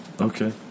Okay